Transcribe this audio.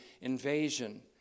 invasion